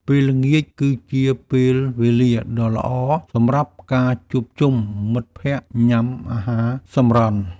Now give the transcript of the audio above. ពេលល្ងាចគឺជាពេលវេលាដ៏ល្អសម្រាប់ការជួបជុំមិត្តភក្តិញ៉ាំអាហារសម្រន់។